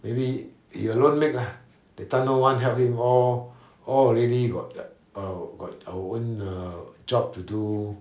maybe he alone make lah that time no one help him all all already got thei~ uh got our own uh job to do